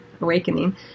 awakening